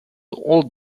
old